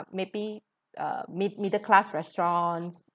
maybe uh mid~ middle class restaurants